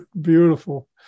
beautiful